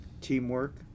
teamwork